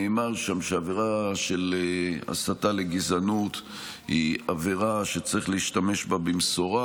נאמר שם שעבירה של הסתה לגזענות היא עבירה שצריך להשתמש בה במשורה,